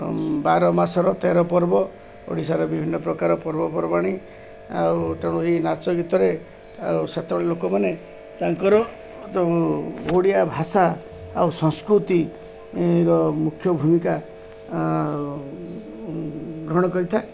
ବାର ମାସର ତେର ପର୍ବ ଓଡ଼ିଶାର ବିଭିନ୍ନ ପ୍ରକାର ପର୍ବପର୍ବାଣି ଆଉ ତେଣୁ ଏଇ ନାଚ ଗୀତରେ ଆଉ ସେତେବେଳେ ଲୋକମାନେ ତାଙ୍କର ଓଡ଼ିଆ ଭାଷା ଆଉ ସଂସ୍କୃତିର ମୁଖ୍ୟ ଭୂମିକା ଗ୍ରହଣ କରିଥାଏ